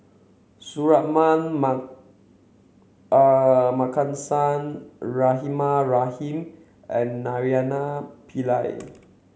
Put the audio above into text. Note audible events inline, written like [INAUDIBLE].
Suratman [UNINTELLIGIBLE] Markasan Rahimah Rahim and Naraina Pillai